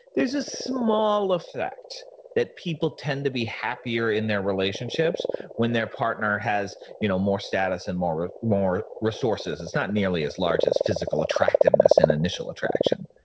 there's a small effect that people tend to be happier in their relationships when their partner has you know more status and more ah more resources. it's not nearly as large as physical attractiveness and initial attraction,